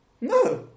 No